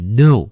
no